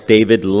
David